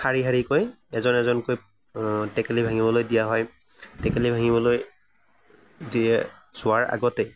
শাৰী শাৰীকৈ এজন এজনকৈ টেকেলি ভাঙিবলৈ দিয়া হয় টেকেলি ভাঙিবলৈ দিয়ে চোৱাৰ আগতেই